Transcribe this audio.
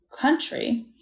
country